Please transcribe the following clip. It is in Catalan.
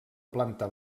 planta